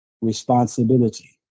responsibility